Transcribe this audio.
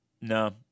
no